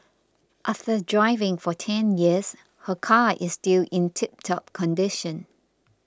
after driving for ten years her car is still in tiptop condition